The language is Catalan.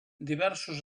diversos